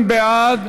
20 בעד,